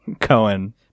Cohen